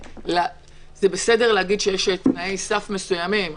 זה בסדר להגיד שיש תנאי סף מסוימים,